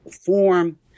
form